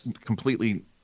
completely